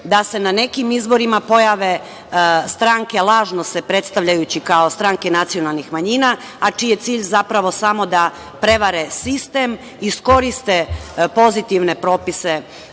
da se na nekim izborima pojave stranke lažno se predstavljajući kao stranke nacionalnih manjina, a čiji je cilj zapravo samo da prevare sistem, iskoriste pozitivne propise za